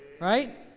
Right